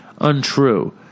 Untrue